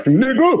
nigga